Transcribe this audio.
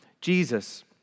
Jesus